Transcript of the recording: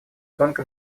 гонка